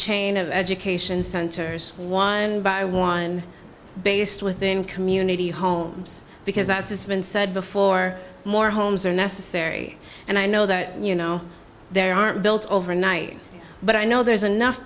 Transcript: chain of education centers one by one based within community homes because that's been said before more homes are necessary and i know that you know there are built over night but i know there's enough